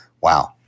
Wow